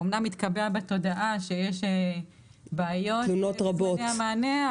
אומנם התקבע בתודעה שיש בעיות בנושא המענה,